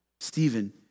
Stephen